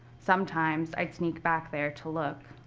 sometimes, i'd sneak back there to look.